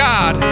God